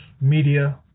media